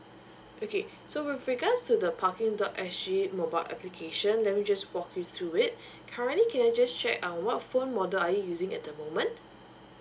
okay so with regards to the parking dot s g mobile application let me just walk you through it currently can I just check uh what phone model are you using at the moment